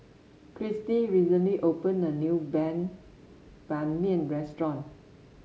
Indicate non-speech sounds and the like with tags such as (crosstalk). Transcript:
Kristie recently opened a new (unintelligible) Ban Mian restaurant